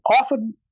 often